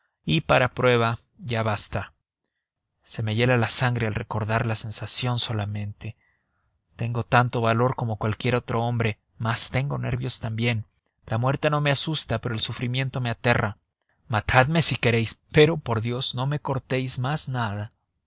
y para prueba ya basta se me hiela la sangre al recordar la sensación solamente tengo tanto valor como cualquier otro hombre mas tengo nervios también la muerte no me asusta pero el sufrimiento me aterra matadme si queréis pero por dios no me cortéis más nada